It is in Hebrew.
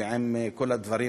ועם כל הדברים,